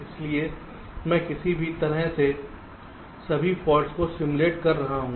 इसलिए मैं किसी भी तरह से सभी फॉल्ट्स को सिम्युलेट कर रहा हूं